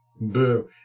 Boom